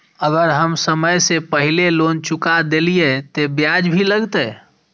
अगर हम समय से पहले लोन चुका देलीय ते ब्याज भी लगते?